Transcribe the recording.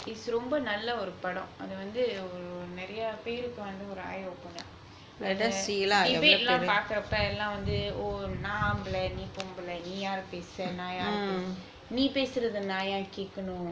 is ரொம்ப நல்ல ஒரு படம் அது வந்து ஒரு நிறைய பேருக்கு வந்து ஒரு:romba nalla oru padam athu vanthu oru niraiya perukku vanthu oru eye opener debate எல்லாம் பாக்குறப்ப எல்லாம் வந்து:ellam pakkurappa ellam vanthu oh நான் ஆம்பள நீ பொம்பள நீ யாரு பேசுற நான் யாரு பேசுற நீ பேசுறது நான் ஏன் கேக்கனும்:nan ambala nee pombala nee yaru pesura nan yaru pesura nee pesurathu nan yaen kekkanum